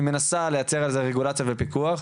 היא מנסה לייצר איזו רגולציה ופיקוח,